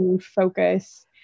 focus